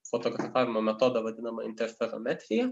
fotografavimo metodą vadinamą interferometrija